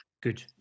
Good